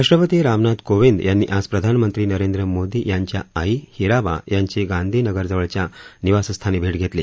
राष्ट्रपती रामनाथ कोंविद यांनी आज प्रधानमंत्री नरेंद्र मोदी यांच्या आई हिराबा यांची गांधीनगरजवळच्या निवासस्थानी भेट घेतली